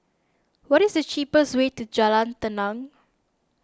what is the cheapest way to Jalan Tenang